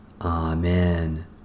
Amen